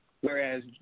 whereas